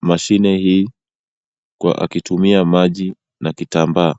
mashine hii akitumia maji na kitambaa.